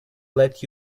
let